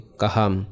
kaham